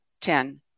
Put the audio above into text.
Ten